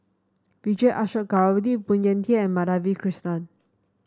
Vijesh Ashok Ghariwala Phoon Yew Tien and Madhavi Krishnan